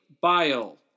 bile